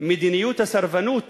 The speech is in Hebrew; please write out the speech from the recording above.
מדיניות הסרבנות